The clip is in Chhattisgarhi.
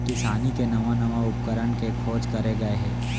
किसानी के नवा नवा उपकरन के खोज करे गए हे